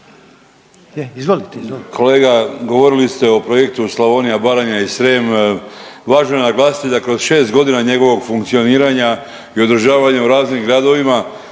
Kolega govorili ste o projektu Slavonija, Baranja i Srijem, važno je naglasiti da kroz 6 godina njegovog funkcioniranja i održavanja u raznim gradovima